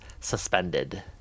suspended